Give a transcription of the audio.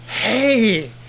Hey